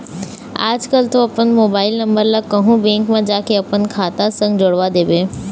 आजकल तो अपन मोबाइल नंबर ला कहूँ बेंक म जाके अपन खाता संग जोड़वा देबे